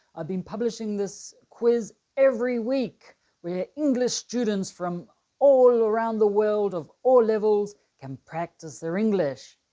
i've been publishing this quiz every week where english students from all around the world of all levels can practice their english.